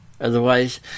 Otherwise